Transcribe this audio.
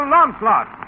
Lancelot